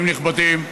נכבדים,